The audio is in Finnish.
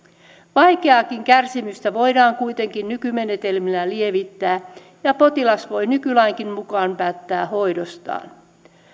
vaikeaakin kärsimystä voidaan kuitenkin nykymenetelmillä lievittää ja potilas voi nykylainkin mukaan päättää hoidostaan